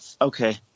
Okay